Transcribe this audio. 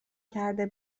کرده